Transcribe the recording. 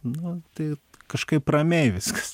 nu tai kažkaip ramiai viskas